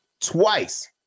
twice